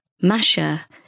Masha